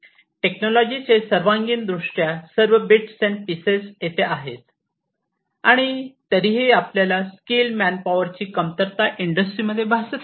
या टेक्नॉलॉजीचे सर्वांगीणदृष्ट्या सर्व बिट्स आणि पिसेस तेथे आहेत आणि तरीही आपल्याला स्किल्ड मॅन पॉवर ची कमतरता इंडस्ट्रीमध्ये भासत आहे